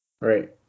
right